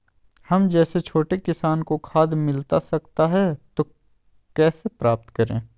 हम जैसे छोटे किसान को खाद मिलता सकता है तो कैसे प्राप्त करें?